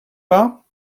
pas